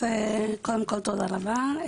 תודה רבה.